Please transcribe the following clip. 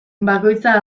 bakoitza